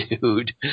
dude